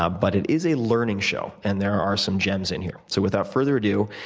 ah but it is a learning show, and there are some gems in here. so without further ado,